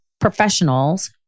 professionals